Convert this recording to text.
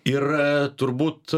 ir turbūt